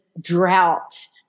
drought